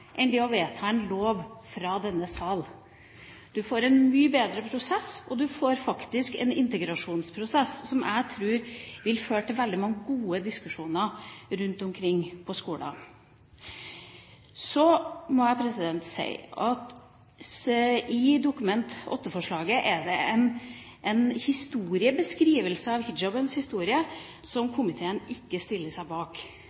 enn det å vedta en lov i denne sal. Du får en mye bedre prosess, og du får faktisk en integrasjonsprosess som jeg tror vil føre til veldig mange gode diskusjoner rundt omkring på skolene. I Dokument 8-forslaget er det en beskrivelse av hijabens historie som komiteen ikke stiller seg bak.